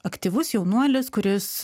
aktyvus jaunuolis kuris